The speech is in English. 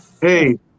Hey